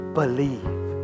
believe